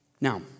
Now